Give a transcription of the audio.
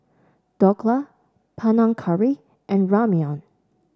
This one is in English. Dhokla Panang Curry and Ramyeon